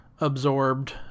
absorbed